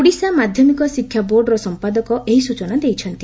ଓଡ଼ିଶା ମାଧ୍ଧମିକ ଶିକ୍ଷା ବୋର୍ଡ଼ର ସମ୍ପାଦକ ଏହି ସୂଚନା ଦେଇଛନ୍ତି